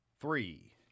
Three